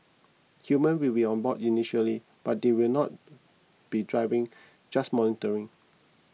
humans will be on board initially but they will not be driving just monitoring